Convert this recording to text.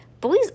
boys